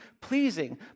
pleasing